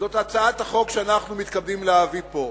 הצעת החוק שאנחנו מתכבדים להביא פה.